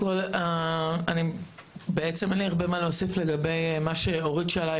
אין לי הרבה מה להוסיף לגבי מה שאורית שאלה.